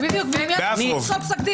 זה לא לפסול פסק דין.